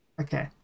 Okay